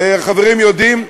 חברים יודעים,